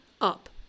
up